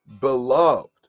beloved